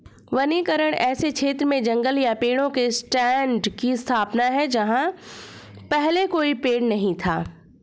वनीकरण ऐसे क्षेत्र में जंगल या पेड़ों के स्टैंड की स्थापना है जहां पहले कोई पेड़ नहीं था